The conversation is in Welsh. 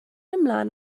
ymlaen